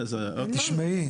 תשמעי,